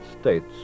States